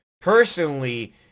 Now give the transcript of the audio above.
personally